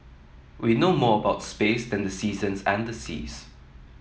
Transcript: we know more about space than the seasons and the seas